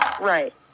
right